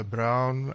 Brown